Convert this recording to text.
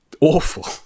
awful